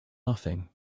nothing